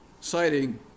citing